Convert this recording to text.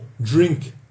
drink